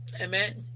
Amen